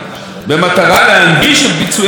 במטרה להנגיש את ביצועי התשלומים,